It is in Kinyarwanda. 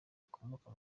bakomoka